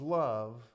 love